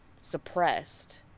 suppressed